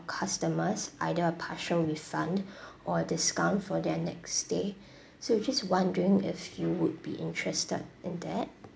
customers either a partial refund or a discount for their next stay so just wondering if you would be interested in that